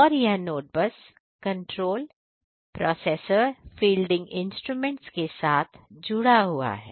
और यह node bus के साथ जुड़ा हुआ है